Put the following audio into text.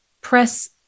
press